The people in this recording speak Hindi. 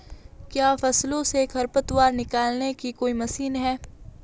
क्या फसलों से खरपतवार निकालने की कोई मशीन है?